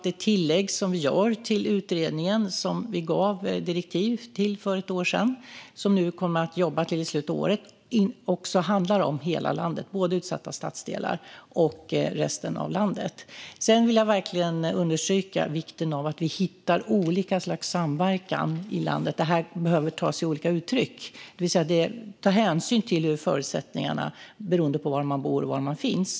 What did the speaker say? Det tillägg som vi gör till utredningen, som vi gav direktiv till för ett år sedan och som kommer att jobba till i slutet av året, handlar också om hela landet - både utsatta stadsdelar och resten av landet. Sedan vill jag verkligen understryka vikten av att vi hittar olika slags samverkan i landet. Detta behöver ta sig olika uttryck. Det handlar om att ta hänsyn till hur förutsättningarna är där man bor och där man finns.